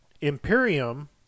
Imperium